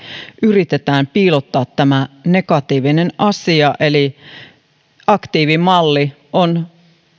yritetään piilottaa tämä negatiivinen asia aktiivimalli on